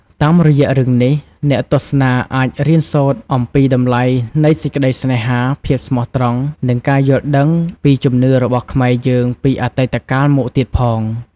តាមរយៈរឿងនេះ អ្នកទស្សនាអាចរៀនសូត្រអំពីតម្លៃនៃសេចក្តីស្នេហា ភាពស្មោះត្រង់ និងការយល់ដឹងពីជំនឿរបស់ខ្មែរយើងពីអតិតកាលមកទៀតផង។